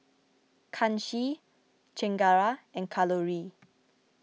Kanshi Chengara and Kalluri